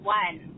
one